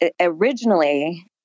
originally